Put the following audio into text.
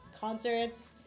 concerts